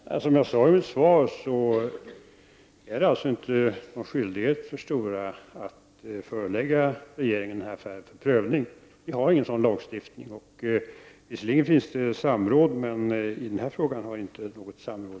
Fru talman! Som jag har sagt i mitt svar föreligger det inte någon skyldighet för Stora att förelägga regeringen den här affären för prövning. Vi har ingen sådan lagstiftning i Sverige. Visserligen sker det samråd, men i den här frågan har det inte förevarit något samråd.